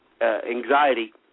anxiety